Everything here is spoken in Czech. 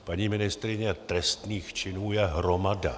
Paní ministryně, trestných činů je hromada.